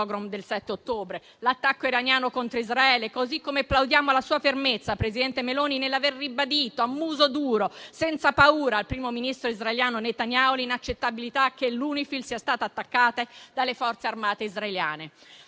del 7 ottobre, l'attacco iraniano contro Israele. Così come plaudiamo alla sua fermezza, presidente del Consiglio Meloni, nell'aver ribadito a muso duro, senza paura, al primo ministro israeliano Netanyahu, l'inaccettabilità che UNIFIL sia stata attaccata dalle Forze armate israeliane.